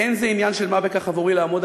אין זה עניין של מה בכך עבורי לעמוד